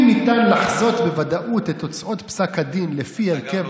אם ניתן לחזות בוודאות את תוצאות פסק הדין לפי הרכב,